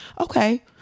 okay